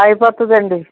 అయిపోతుందండి